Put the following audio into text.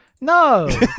No